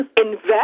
Invest